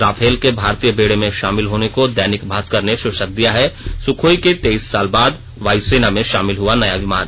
Rafale के भारतीय बेड़े में शामिल होने को दैनिक भास्कर ने शीर्षक दिया है सुखोई के तेईस साल बाद वायु सेना में शामिल हुआ नया विमान